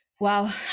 wow